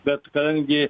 bet kadangi